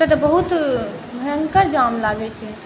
ओतऽ तऽ बहुत भयङ्कर जाम लागै छै